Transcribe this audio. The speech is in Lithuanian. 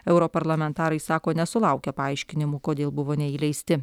europarlamentarai sako nesulaukę paaiškinimų kodėl buvo neįleisti